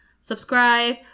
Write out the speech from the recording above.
subscribe